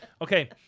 Okay